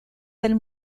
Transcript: del